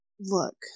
look